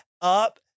up